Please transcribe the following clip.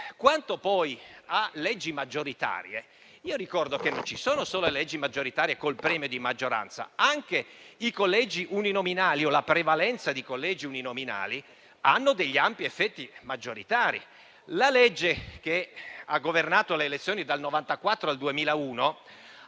Quanto poi alle leggi maggioritarie, ricordo che non ci sono solo quelle col premio di maggioranza, e che anche i collegi uninominali o la prevalenza di collegi uninominali hanno degli ampi effetti maggioritari. La legge che ha governato le elezioni dal 1994 al 2001